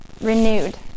renewed